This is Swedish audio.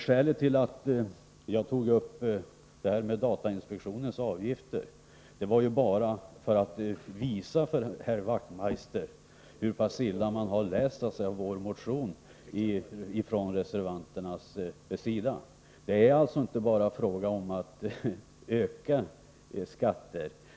Skälet till att jag tog upp frågan om datainspektionens avgifter var bara att jag ville visa för herr Wachtmeister hur illa reservanterna har läst vår motion. Det är alltså inte bara fråga om att öka skatterna.